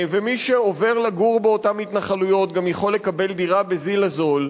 ומי שעובר לגור באותן התנחלויות גם יכול לקבל דירה בזיל הזול,